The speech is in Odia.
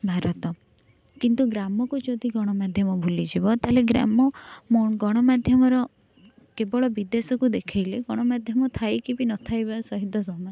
ଭାରତ କିନ୍ତୁ ଗ୍ରାମକୁ ଯଦି ଗଣମାଧ୍ୟମ ଭୁଲିଯିବ ତାହାଲେ ଗ୍ରାମ ଗଣମାଧ୍ୟମର କେବଳ ବିଦେଶକୁ ଦେଖାଇଲେ ଗଣମାଧ୍ୟମ ଥାଇକି ବି ନଥାଇବା ସହିତ ସମାନ